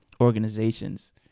organizations